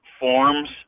forms